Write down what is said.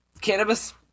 cannabis